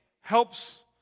helps